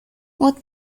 what